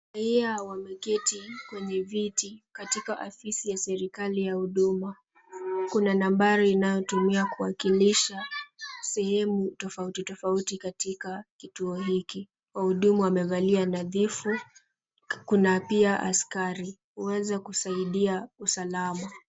Raia wameketi kwenye viti katika afisi ya serikali ya huduma. Kuna nambari inayotumia kuwakilisha sehemu tofauti tofauti katika kituo hiki. Wahudumu wamevalia nadhifu. Kuna pia askari, huweza kusaidia usalama.